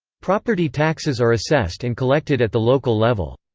property taxes are assessed and collected at the local level.